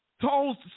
told